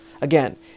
Again